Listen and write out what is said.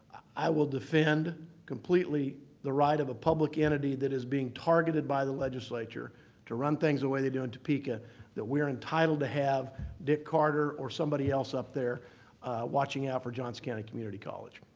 i will defend completely the right of a public entity that is being targeted by the legislature to run things the way they do in topeka that we're entitled to have dick carter or somebody else up there watching out for johnson county community college.